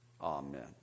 Amen